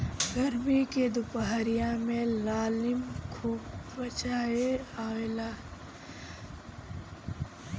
गरमी के दुपहरिया में लालमि खूब बेचाय आवेला